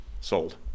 sold